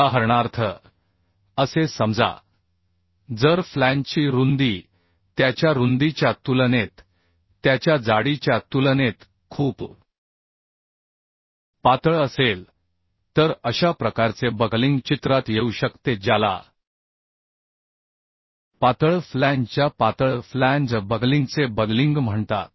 उदाहरणार्थ असे समजा जर फ्लॅंजची रुंदी त्याच्या रुंदीच्या तुलनेत त्याच्या जाडीच्या तुलनेत खूप पातळ असेल तर अशा प्रकारचे बकलिंग चित्रात येऊ शकते ज्याला पातळ फ्लॅंजच्या पातळ फ्लॅंज बकलिंगचे बकलिंग म्हणतात